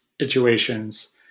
situations